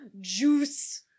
Juice